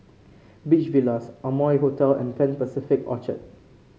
Beach Villas Amoy Hotel and Pan Pacific Orchard